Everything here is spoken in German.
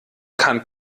kann